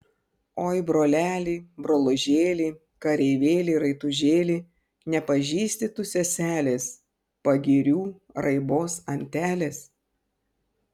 oi broleli brolužėli kareivėli raitužėli nepažįsti tu seselės pagirių raibos antelės